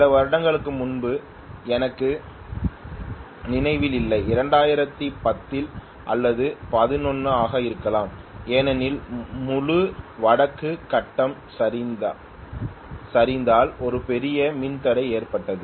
சில வருடங்களுக்கு முன்பு எனக்கு நினைவில் இல்லை 2010 அல்லது 2011 ஆக இருக்கலாம் ஏனெனில் முழு வடக்கு கட்டம் சரிந்ததால் ஒரு பெரிய மின் தடை ஏற்பட்டது